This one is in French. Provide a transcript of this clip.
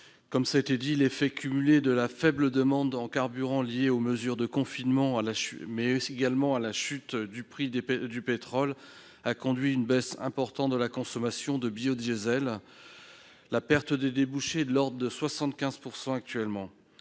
Cela a été dit, l'effet cumulé de la faible demande en carburant, liée aux mesures de confinement mais également à la chute du prix du pétrole, a conduit à une baisse importante de la consommation de biodiesel. La perte de débouchés est de l'ordre de 75 %.